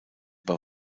bei